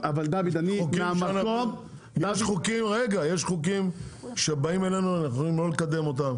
יש חוקים שבאים אלינו ואנחנו יכולים לא לקדם אותם.